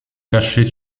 cacher